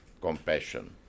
compassion